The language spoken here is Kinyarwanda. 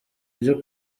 ryo